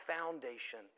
foundation